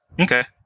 Okay